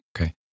Okay